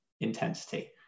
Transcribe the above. intensity